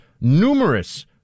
numerous